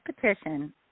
petition